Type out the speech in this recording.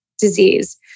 disease